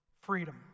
freedom